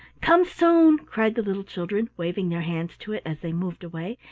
come soon! cried the little children, waving their hands to it as they moved away,